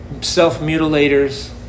self-mutilators